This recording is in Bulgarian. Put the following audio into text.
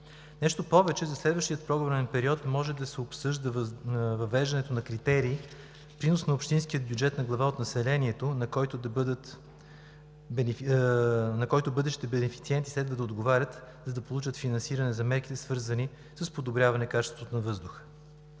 Нещо повече, за следващия програмен период може да се обсъжда въвеждането на критерии – принос на общинския бюджет на глава от населението, на който бъдещите бенефициенти следва да отговарят, за да получат финансиране за мерките, свързани с подобряване качеството на въздуха.